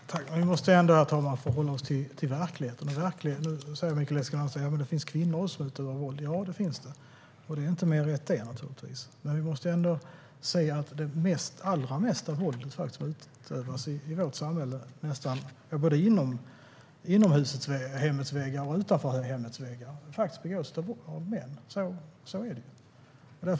Herr talman! Vi måste ändå förhålla oss till verkligheten. Mikael Eskilandersson säger att det finns kvinnor som utövar våld. Ja, det finns det, men det mesta våldet som utövas i vårt samhälle, både inom och utom husets väggar, utövas faktiskt av män.